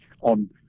on